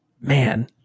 man